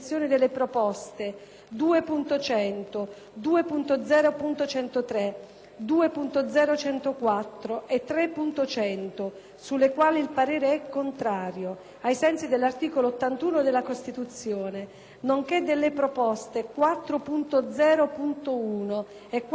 2.0.104 e 3.100, sulle quali il parere è contrario, ai sensi dell'articolo 81 della Costituzione, nonché delle proposte 4.0.1 e 4.0.2, sulle quali il parere è di contrarietà semplice.".